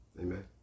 Amen